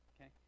Okay